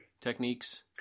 techniques